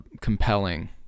compelling